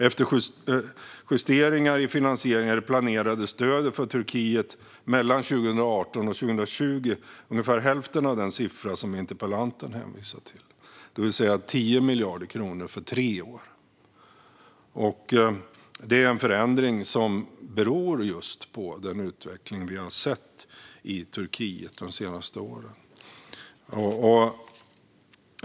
Efter justeringar av finansieringen är det planerade stödet till Turkiet mellan 2018 och 2020 ungefär hälften av den siffra som interpellanten hänvisar till, det vill säga 10 miljarder kronor för tre år. Denna förändring beror just på den utveckling vi har sett i Turkiet de senaste åren.